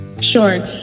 Sure